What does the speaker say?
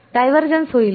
divergence होईल